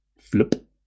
Flip